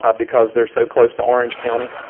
ah because they're so close to orange county,